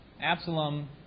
Absalom